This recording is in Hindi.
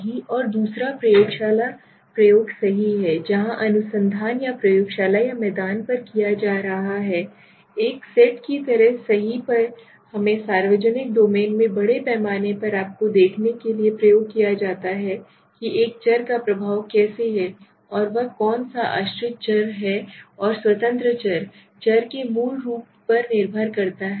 सही और दूसरा प्रयोगशाला प्रयोग सही है जहां अनुसंधान या प्रयोगशाला या मैदान पर किया जा रहा है एक सेट की तरह सही पर हमें सार्वजनिक डोमेन में बड़े पैमाने पर आपके देखने के लिए प्रयोग किया जाता है कि एक चर का प्रभाव कैसे है और वह कौन सा है आश्रित चर और स्वतंत्र चर चर के मूल रूप पर निर्भर है